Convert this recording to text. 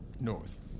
North